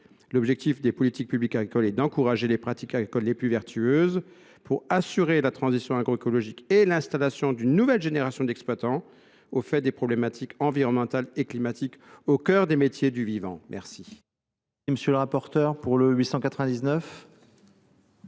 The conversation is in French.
L’objectif des politiques publiques agricoles est d’encourager les pratiques agricoles les plus vertueuses pour assurer la transition agroécologique et l’installation d’une nouvelle génération d’exploitants au fait des problématiques environnementales et climatiques, au cœur des métiers du vivant.